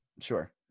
Sure